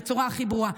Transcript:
בצורה הכי ברורה.